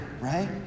right